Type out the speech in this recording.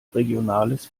regionales